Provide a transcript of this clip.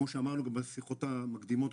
כמו שאמרנו בשיחות המקדימות,